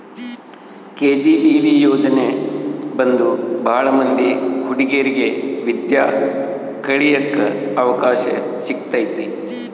KGBV ಯೋಜನೆ ಬಂದು ಭಾಳ ಮಂದಿ ಹುಡಿಗೇರಿಗೆ ವಿದ್ಯಾ ಕಳಿಯಕ್ ಅವಕಾಶ ಸಿಕ್ಕೈತಿ